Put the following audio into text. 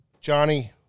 Johnny